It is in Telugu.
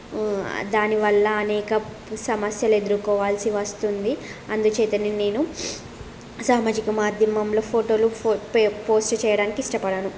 దాని వల్ల అనేక సమస్యలు ఎదుర్కోవలసి వస్తుంది అందుచేతనే నేను సామాజిక మాధ్యమం ఫోటోలు పోస్ట్ చేయడానికి ఇష్టపడను